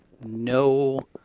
no